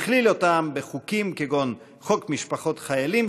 הכליל אותם בחוקים כגון חוק משפחות חיילים